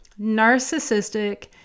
narcissistic